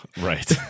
Right